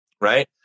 Right